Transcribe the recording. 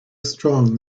strong